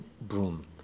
broom